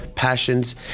passions